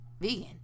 vegan